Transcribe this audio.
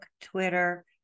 Twitter